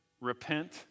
Repent